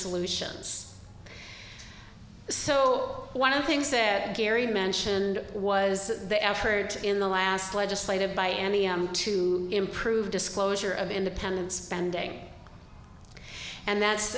solutions so one of the things there gary mentioned was the effort in the last legislative by to improve disclosure of independence spending and that's